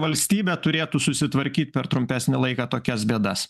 valstybė turėtų susitvarkyt per trumpesnį laiką tokias bėdas